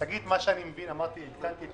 שגית, הם